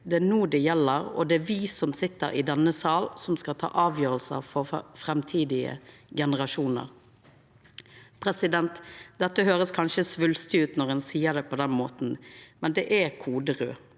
Det er no det gjeld, og det er me som sit i denne sal, som skal ta avgjerder for framtidige generasjonar. Dette høyrest kanskje svulstig ut når ein seier det på den måten, men det er kode raud.